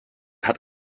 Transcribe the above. hat